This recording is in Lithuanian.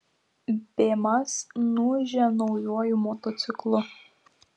bėmas nuūžė naujuoju motociklu